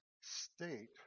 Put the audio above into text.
state